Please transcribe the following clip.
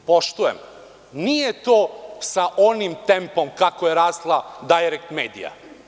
Poštujem, nije to sa onim tempom kako je rasla „Dajrek medija“